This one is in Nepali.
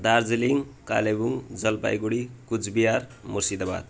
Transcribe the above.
दार्जिलिङ कालेबुङ जलपाइगुडी कुचबिहार मुर्सिदाबाद